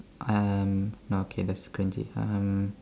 uh no okay that's cringy um